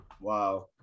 Wow